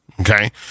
okay